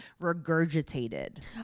regurgitated